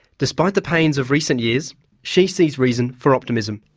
despite the pains of recent years she sees reason for optimism.